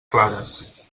clares